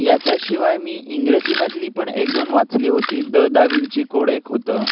याच्याशिवाय मी इंग्रजीमधली पण एकदोन वाचली होती द दा विंची कोड एक होतं